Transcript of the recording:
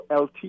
LT